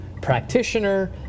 practitioner